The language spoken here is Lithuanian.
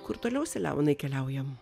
kur toliau selemonai keliaujam